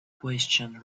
question